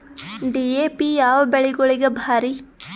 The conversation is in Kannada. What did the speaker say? ಡಿ.ಎ.ಪಿ ಯಾವ ಬೆಳಿಗೊಳಿಗ ಭಾರಿ?